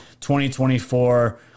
2024